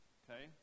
okay